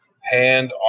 hand